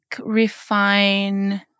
refine